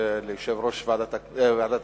ליושב-ראש ועדת הכנסת,